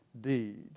deed